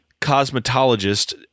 cosmetologist